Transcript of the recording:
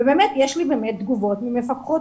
ובאמת יש לי תגובות ממפקחות,